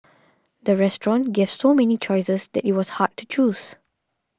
the restaurant gave so many choices that it was hard to choose